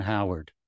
Howard